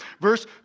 Verse